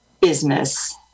business